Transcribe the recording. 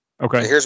Okay